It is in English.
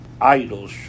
idols